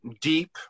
deep